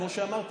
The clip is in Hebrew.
כמו שאמרתי.